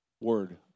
word